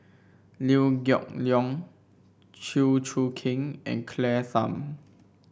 Liew Geok Leong Chew Choo Keng and Claire Tham